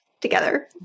together